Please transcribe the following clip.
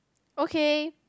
okay